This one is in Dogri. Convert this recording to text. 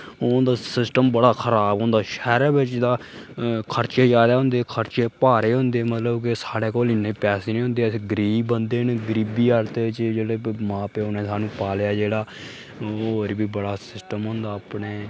ओह् होंदा सिस्टम बड़ा खराब होंदा शैह्रै बिच तां खर्चे जैदा होंदे खर्चे भारे होंदे मतलब कि साढ़े कोल इन्ने पैसे नेईं होंदे अस गरीब बंदे न गरीबी हालतै च जेह्ड़े मां प्यो ने साह्नू पालेआ जेह्ड़ा होर बी बड़ा सिस्टम होंदा अपने